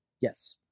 Yes